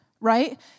right